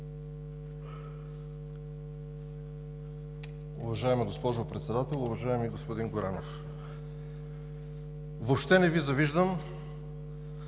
Уважаема госпожо Председател! Уважаеми господин Горанов, въобще не Ви завиждам